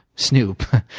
snoop,